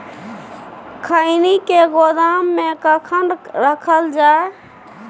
खैनी के गोदाम में कखन रखल जाय?